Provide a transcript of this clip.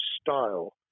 style